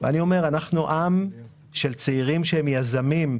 ואני אומר: אנחנו עם של צעירים שהם יזמים.